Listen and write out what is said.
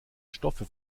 stoffe